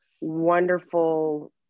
wonderful